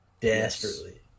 Desperately